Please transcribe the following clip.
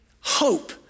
hope